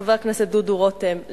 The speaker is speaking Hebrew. חבר הכנסת דודו רותם,